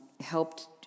helped